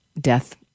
death